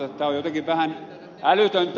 tämä on jotenkin vähän älytöntä